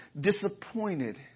disappointed